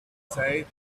say